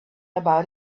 about